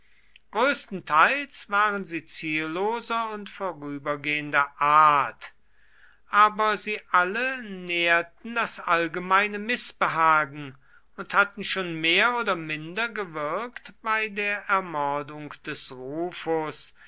größtenteils waren sie zielloser und vorübergehender art aber sie alle nährten das allgemeine mißbehagen und hatten schon mehr oder minder mitgewirkt bei der ermordung des